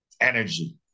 Energy